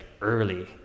early